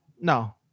No